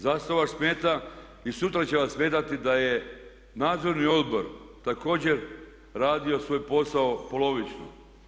Zašto vas smeta i sutra će vas smetati da je nadzorni odbor također radio svoj posao polovično?